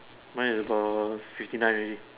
mine is about fifty nine already